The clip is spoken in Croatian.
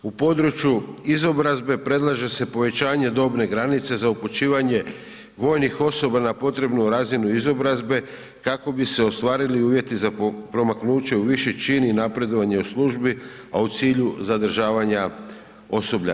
U području izobrazbe predlaže se povećanje dobne granice za upućivanje vojnih osoba na potrebnu razinu izobrazbe kako bi se ostvarili uvjeti za promaknuće u viši čin i napredovanje u službi, a u cilju zadržavanja osoblja.